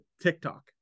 TikTok